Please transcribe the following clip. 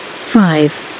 five